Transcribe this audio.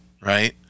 right